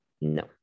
No